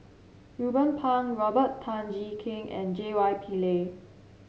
Ruben Pang Robert Tan Jee Keng and J Y Pillay